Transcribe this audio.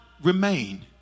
remain